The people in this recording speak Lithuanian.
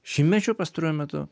šimtmečių pastaruoju metu